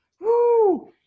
Woo